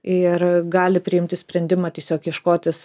ir gali priimti sprendimą tiesiog ieškotis